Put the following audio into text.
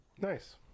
Nice